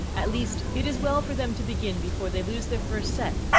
at least, it is well for them to begin before they lose their first set,